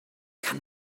kann